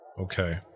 okay